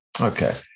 okay